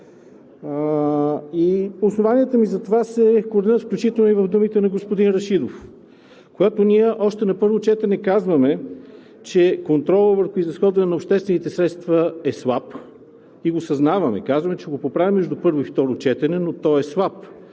Основанията ми за това се коренят включително и в думите на господин Рашидов. Когато ние още на първо четене казваме, че контролът върху изразходването на обществените средства е слаб и го съзнаваме – казваме, че ще го поправим между първо и второ четене, но той е слаб,